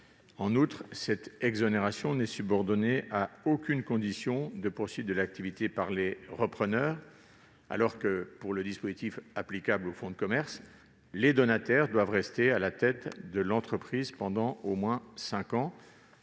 part, cette exonération n'est subordonnée à aucune condition de poursuite de l'activité par les repreneurs, alors que, pour le dispositif applicable aux fonds de commerce, les donataires doivent rester à la tête de l'entreprise pendant au moins cinq ans.